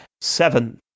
seven